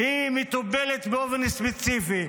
מטופלת באופן ספציפי.